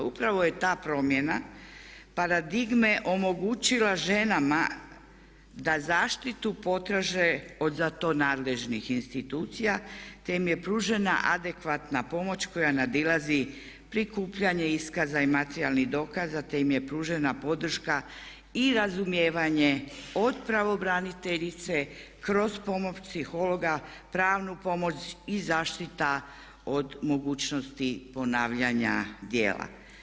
Upravo je ta promjena paradigme omogućila ženama da zaštitu potraže od za to nadležnih institucija te im je pružena adekvatna pomoć koja nadilazi prikupljanje iskaza i materijalnih dokaza te im je pružena podrška i razumijevanje od pravobraniteljice kroz pomoć psihologa, pravnu pomoć i zaštitu od mogućnosti ponavljanja djela.